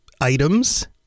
items